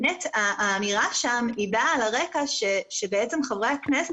האמירה שם באה על הרקע שחברי הכנסת,